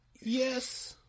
yes